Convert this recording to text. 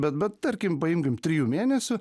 bet bet tarkim paimkim trijų mėnesių